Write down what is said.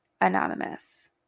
anonymous